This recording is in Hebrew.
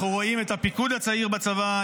אנחנו רואים את הפיקוד הצעיר בצבא,